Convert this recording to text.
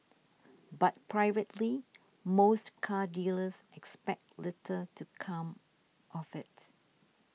but privately most car dealers expect little to come of it